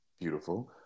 beautiful